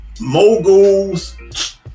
moguls